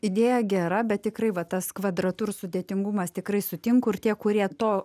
idėja gera bet tikrai va tas kvadratu ir sudėtingumas tikrai sutinku ir tie kurie to